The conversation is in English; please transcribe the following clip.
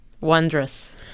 Wondrous